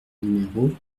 numéro